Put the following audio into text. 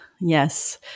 Yes